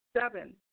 seven